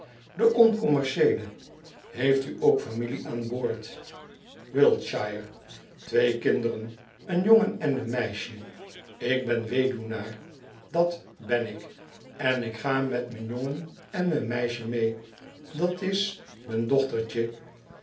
de oncommercieele heeft u ook familie aan boord wiltshire twee kinderen een jongen en een meisken ik ben wewenaar dat ben ik en ik ga met m'n jongen en m'n meisken mee dat's m'n dochtertje